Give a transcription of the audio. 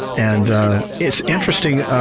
and it's interesting,